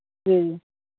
जी